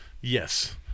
Yes